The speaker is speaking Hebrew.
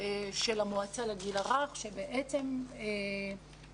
של המועצה לגיל הרך שבעצם קמה